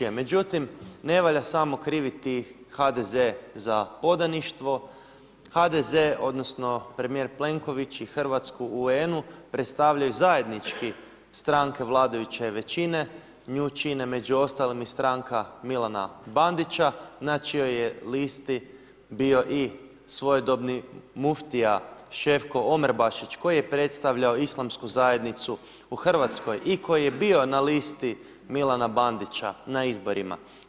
Međutim, ne valja samo krivi HDZ za podaništvo, HDZ odnosno premijer Plenković i Hrvatsku u UN-u predstavljaju zajednički stranke vladajuće većine, nju čine među ostalim i stranka Milana Bandića na čijoj je listi bio i svojedobni muftija Ševko Omerbašić koji je predstavljao Islamsku zajednicu u Hrvatskoj i koji je bio na listi Milana Bandića na izborima.